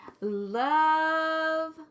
Love